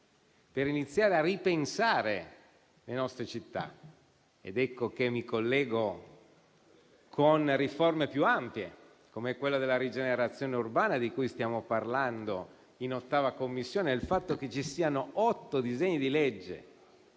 per iniziare a ripensare le nostre città. Qui mi collego con riforme più ampie, come quella della rigenerazione urbana di cui stiamo parlando in 8a Commissione. Il fatto che ci siano otto disegni di legge